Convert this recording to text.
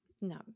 no